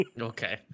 Okay